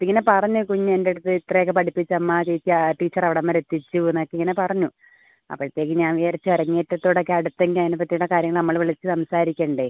ഇങ്ങനെ പറഞ്ഞ് കുഞ്ഞ് എൻ്റെടുത്ത് ഇത്രയൊക്കെ പഠിപ്പിച്ചമ്മാ ടീച്ചർ ടീച്ചർ അവിടം വരെ എത്തിച്ചൂ എന്നൊക്കെ ഇങ്ങനെ പറഞ്ഞു അപ്പോഴത്തേക്കും ഞാൻ വിചാരിച്ചു അരങ്ങേറ്റത്തോട് അടുത്തെങ്കിൽ കുട്ടിയുടെ കാര്യങ്ങള് നമ്മള് വിളിച്ച് സംസാരിക്കണ്ടേ